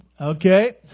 okay